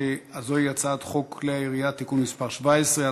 שזוהי הצעת חוק כלי היריה (תיקון מס' 17),